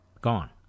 Gone